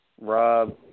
Rob